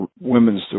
women's